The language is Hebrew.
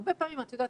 הרבה פעמים בתקשורת,